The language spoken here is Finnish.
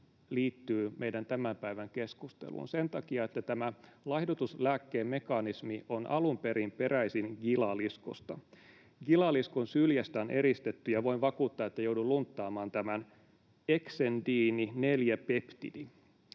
meidän tämän päivän keskusteluun? Sen takia, että tämä laihdutuslääkkeen mekanismi on alun perin peräisin gilaliskosta. Gilaliskon syljestä on eristetty — voin vakuuttaa, että jouduin lunttaamaan tämän — eksendiini-4-peptidi,